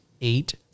eight